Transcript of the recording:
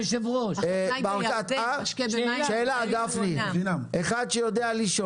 זה גפני גם ישאל.